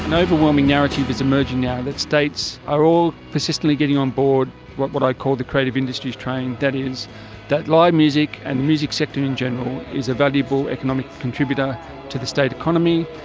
and overwhelming narrative is emerging now that states are all persistently getting on board what what i call the creative industries train, that is that live music and the music sector in general is a valuable economic contributor to the state economy,